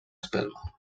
espelma